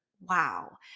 Wow